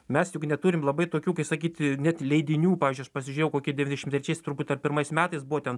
mes juk neturim labai tokių kai sakyt net leidinių pavyzdžiui aš pasižiūrėjau koki devyniasdešim trečiais turbūt ar pirmais metais buvo ten